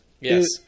Yes